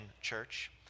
church